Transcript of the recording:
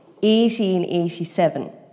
1887